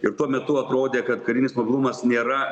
ir tuo metu atrodė kad karinis mobilumas nėra